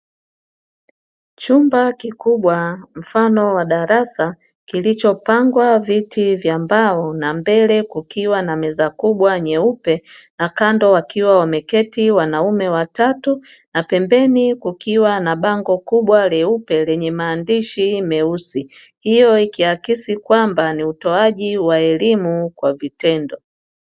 Chumba kikubwa mfano wa darasa kilichopangwa viti vya mbao na mbele kukiwa na meza kubwa nyeupe na kando wakiwa wameketi wanaume watatu na pembeni kukiwa na bango kubwa jeupe lenye maandishi meupe hiyo ikiakisi kwamba ni utoajai wa elimu kwa vitendo.